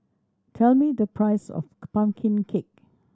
tell me the price of pumpkin cake